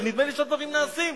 ונדמה לי שהדברים נעשים.